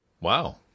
wow